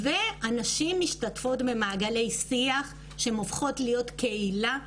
והנשים משתתפות במעגלי שיח שהן הופכות להיות לקהילה,